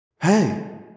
Hey